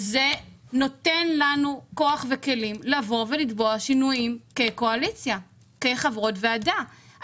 זה נותן לנו כוח וכלים כקואליציה וכחברות ועדה לבוא ולתבוע שינויים.